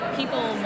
people